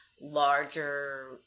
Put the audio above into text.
larger